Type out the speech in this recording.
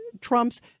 Trump's